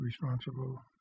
responsible